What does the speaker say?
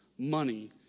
money